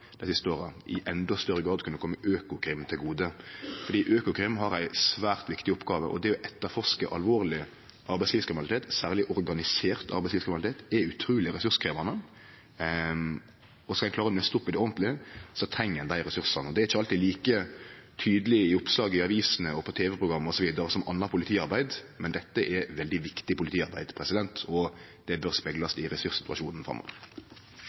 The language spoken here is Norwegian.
dei siste åra, i endå større grad kunne kome Økokrim til gode. Økokrim har ei svært viktig oppgåve, og det å etterforske alvorleg arbeidslivskriminalitet, særleg organisert arbeidslivskriminalitet, er utruleg ressurskrevjande, og skal ein klare å nøste ordentleg opp i det, treng ein dei ressursane. Det er ikkje alltid like tydeleg i oppslag i avisene og på tv-program osv. som anna politiarbeid, men dette er veldig viktig politiarbeid, og det bør speglast i ressurssituasjonen framover.